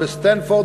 בסטנפורד,